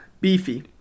Beefy